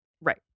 Right